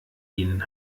ihnen